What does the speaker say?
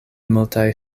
multaj